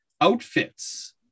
Outfits